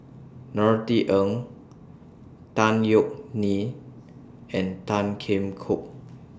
Norothy Ng Tan Yeok Nee and Tan Kheam Hock